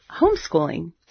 homeschooling